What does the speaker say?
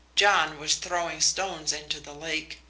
john was throwing stones into the lake,